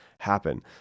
happen